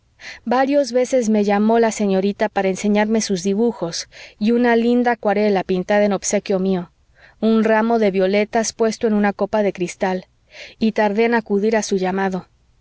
varias veces me llamó la señorita para enseñarme sus dibujos y una linda acuarela pintada en obsequio mío un ramo de violetas puesto en una copa de cristal y tardé en acudir a su llamado